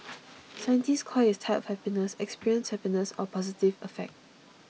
scientists call his type of happiness experienced happiness or positive affect